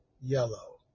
yellow